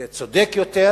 זה צודק יותר